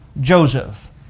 Joseph